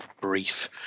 brief